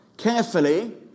Carefully